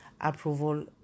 approval